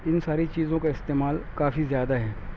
ان ساری چیزوں کا استعمال کافی زیادہ ہے